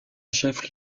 chef